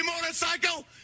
motorcycle